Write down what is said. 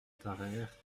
tarayre